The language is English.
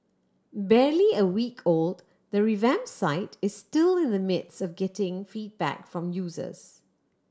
barely a week old the revamp site is still in the midst of getting feedback from users